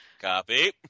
Copy